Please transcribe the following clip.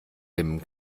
dimmen